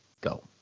go